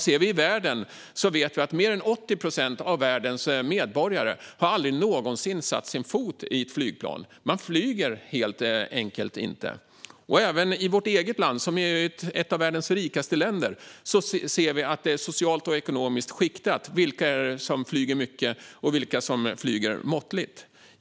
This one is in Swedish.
Ser vi till världen vet vi att mer än 80 procent av världens medborgare aldrig någonsin har satt sin fot i ett flygplan. Man flyger helt enkelt inte. Även i vårt eget land, ett av världens rikaste länder, ser vi att det är socialt och ekonomiskt skiktat vilka som flyger mycket och vilka som flyger måttligt.